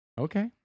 Okay